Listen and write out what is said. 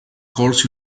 calls